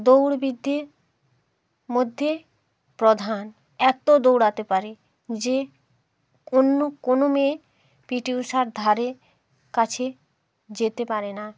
দৌড়বীরদের মধ্যে প্রধান এত দৌড়াতে পারে যে অন্য কোনো মেয়ে পিটি ঊষার ধারে কাছে যেতে পারে না